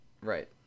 Right